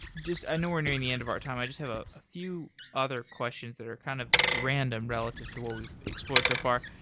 i know we're nearing the end of our time. i just have a ah few other questions that are kind of random relative to what we've explored so far.